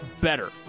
better